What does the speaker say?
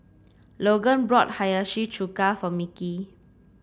Logan brought Hiyashi Chuka for Mickie